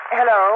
Hello